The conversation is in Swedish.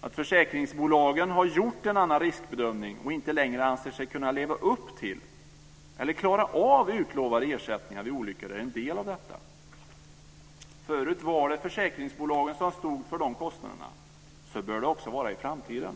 Att försäkringsbolagen har gjort en annan riskbedömning och inte längre anser sig kunna leva upp till eller klara av utlovade ersättningar vid olyckor är en del av detta. Förut var det försäkringsbolagen som stod för de kostnaderna. Så bör det också vara i framtiden.